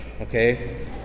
okay